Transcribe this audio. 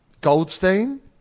Goldstein